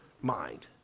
mind